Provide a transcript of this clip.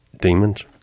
demons